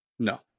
no